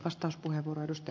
arvoisa puhemies